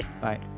bye